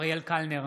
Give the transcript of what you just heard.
אריאל קלנר,